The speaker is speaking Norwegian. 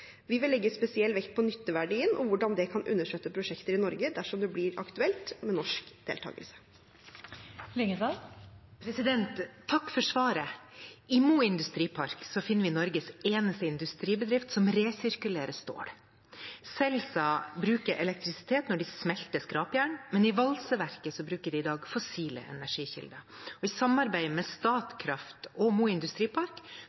Vi vil legge spesiell vekt på nytteverdien og hvordan det kan understøtte prosjekter i Norge dersom det blir aktuelt med norsk deltakelse. Takk for svaret. I Mo Industripark finner vi Norges eneste industribedrift som resirkulerer stål. Celsa bruker elektrisitet når de smelter skrapjern, men i valseverket bruker de i dag fossile energikilder. I samarbeid med